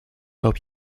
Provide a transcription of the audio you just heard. hope